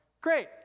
great